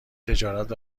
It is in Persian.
تجارت